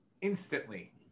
instantly